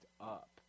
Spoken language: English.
up